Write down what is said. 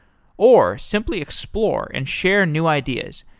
or simply explore and share new ideas.